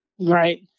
right